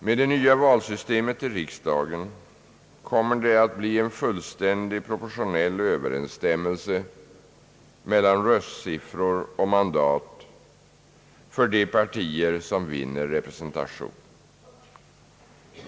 Med det nya valsystemet till riksdagen kommer det att bli en fullständig proportionell överensstämmelse mellan röstsiffror och mandat för de partier som vinner representation.